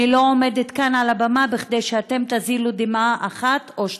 אני לא עומדת כאן על הבמה כדי שאתם תזילו דמעה אחת או שתיים,